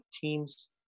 teams